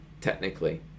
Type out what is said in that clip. technically